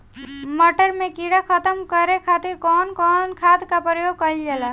मटर में कीड़ा खत्म करे खातीर कउन कउन खाद के प्रयोग कईल जाला?